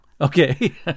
Okay